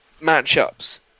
matchups